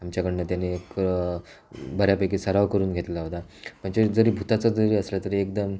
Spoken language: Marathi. आमच्याकडनं त्याने प्र बऱ्यापैकी सराव करून घेतला होता म्हणजे जरी भुताचा जरी असला तरी एकदम